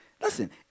listen